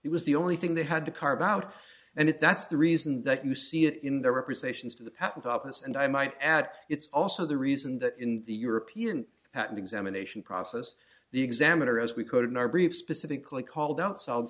it was the only thing they had to carve out and it that's the reason that you see it in their representation to the patent office and i might add it's also the reason that in the european patent examination process the examiner as we code in our brief specifically called out solve